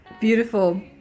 Beautiful